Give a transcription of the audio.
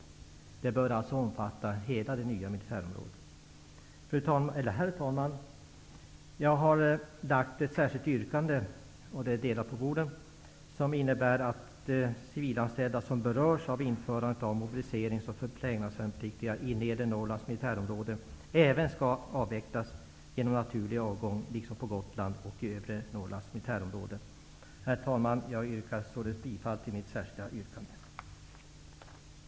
Åtgärden bör omfatta hela det nya militärområdet. Herr talman! Jag har avgett ett särskilt yrkande som har delats till kammarens ledamöter. Förslaget innebär att även de civilanställda i Nedre Norrlands militärområde som berörs av införadet av mobiliserings och förplägnadsvärnpliktiga skall avvecklas genom naturlig avgång, liksom på Herr talman! Jag yrkar således bifall till mitt särskilda yrkande. att riksdagen som sin mening ger regeringen till känna följande: Det är uppenbart att situationen på arbetsmarknaden i Nedre Norrlands militärområde är betydligt sämre än på Gotland och minst lika bekymmersam som i Övre Norrlands militärområde. Som exempel kan anföras att arbetslösheten i Sollefteå och Östersund är betydligt högre än i Umeå, Boden och på Gotland.